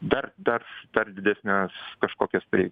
dar dar dar didesnes kažkokias tai